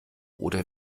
oder